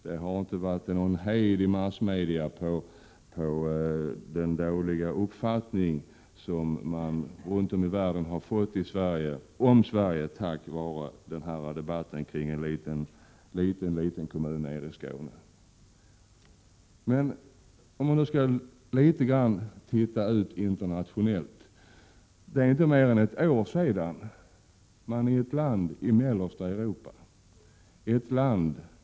Det har inte varit någon hejd på våra massmedia när det gäller att rapportera om den dåliga uppfattning som man runt om i världen har fått om Sverige på grund av denna debatt om en liten kommun nere i Skåne. Om man studerar vad som har hänt internationellt, finner man att det inte är mer än ett år sedan som man i ett annat land i mellersta Europa genomförde en folkomröstning angående asylpolitiken.